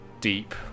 deep